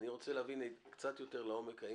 אני רוצה להבין קצת יותר לעומק האם